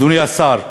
אדוני השר,